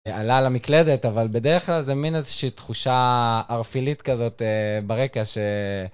עלה על המקלדת אבל בדרך כלל זה מין איזושהי תחושה ערפילית כזאת ברקע ש